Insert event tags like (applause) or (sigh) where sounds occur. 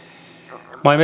maa ja (unintelligible)